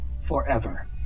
forever